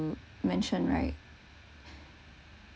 you mention right